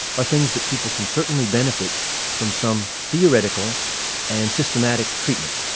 are things that people can certainly benefit from some theoretical and systematic treatment.